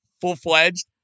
full-fledged